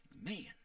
Man